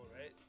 right